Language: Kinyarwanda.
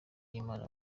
y’imana